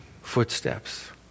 footsteps